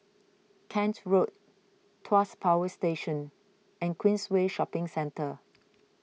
Kent Road Tuas Power Station and Queensway Shopping Centre